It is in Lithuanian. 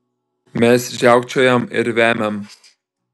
mes žiaukčiojam ir vemiam